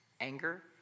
anger